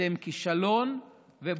אתם כישלון ובושה.